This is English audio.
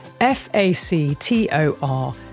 F-A-C-T-O-R